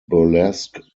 burlesque